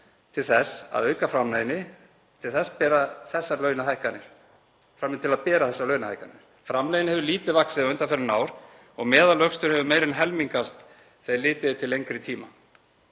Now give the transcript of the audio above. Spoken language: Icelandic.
til þess að auka framleiðni til að bera þessar launahækkanir. Framlegðin hefur lítið vaxið undanfarin ár og meðalvöxtur hefur meira en helmingast þegar litið er til lengri tíma.